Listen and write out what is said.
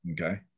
Okay